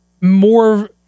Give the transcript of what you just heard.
more